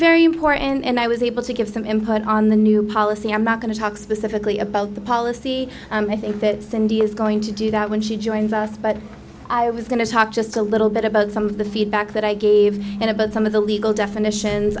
very important and i was able to give some input on the new policy i'm not going to talk specifically about the policy i think that cindy is going to do that when she joins us but i was going to talk just a little bit about some of the feedback that i gave in about some of the legal definition